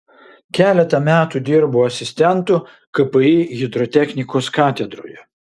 keletą metų dirbo asistentu kpi hidrotechnikos katedroje